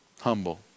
humble